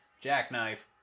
jackknife